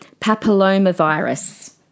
papillomavirus